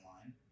line